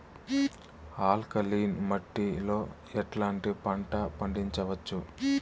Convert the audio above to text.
Alkaline మట్టి లో ఎట్లాంటి పంట పండించవచ్చు,?